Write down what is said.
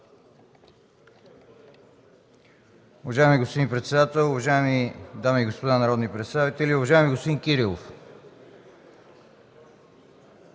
Уважаеми господин председател, уважаеми дами и господа народни представители! Уважаеми господин Иванов,